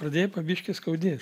pradėjo po biškį skaudėt